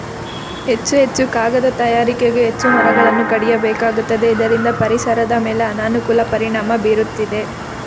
ಹೆಚ್ಚು ಹೆಚ್ಚು ಕಾಗದ ತಯಾರಿಕೆಗೆ ಹೆಚ್ಚು ಮರಗಳನ್ನು ಕಡಿಯಬೇಕಾಗುತ್ತದೆ ಇದರಿಂದ ಪರಿಸರದ ಮೇಲೆ ಅನಾನುಕೂಲ ಪರಿಣಾಮ ಬೀರುತ್ತಿದೆ